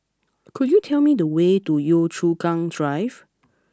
could you tell me the way to Yio Chu Kang Drive